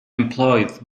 employed